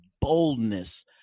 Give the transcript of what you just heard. boldness